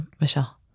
Michelle